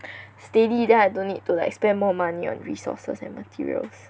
steady then I don't need to like spend more money on resources and materials